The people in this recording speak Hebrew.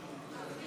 משאל